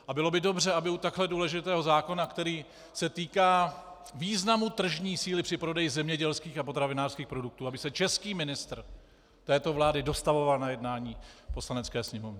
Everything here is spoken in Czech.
A bylo by dobře, aby u takto důležitého zákona, který se týká významu tržní síly při prodeji zemědělských a potravinářských produktů, aby se český ministr této vlády dostavoval na jednání Poslanecké sněmovny.